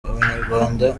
abanyarwanda